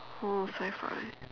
oh sci-fi